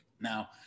Now